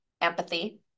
empathy